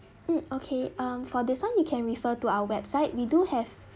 mm okay um for this one you can refer to our website we do have